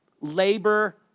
labor